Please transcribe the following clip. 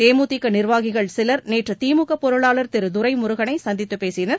தேமுதிக நிர்வாகிகள் சிலர் நேற்று திமுக பொருளாளர் திரு துரைமுருகனை சந்தித்து பேசினர்